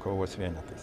kovos vienetais